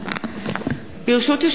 ברשות יושבת-ראש הישיבה,